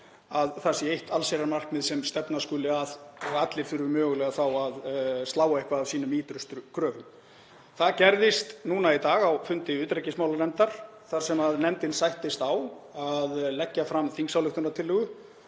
það sé eitt allsherjarmarkmið sem stefna skuli að og allir þurfi mögulega þá að slá eitthvað af sínum ýtrustu kröfum. Það gerðist núna í dag á fundi utanríkismálanefndar þar sem nefndin sættist á að leggja fram þingsályktunartillögu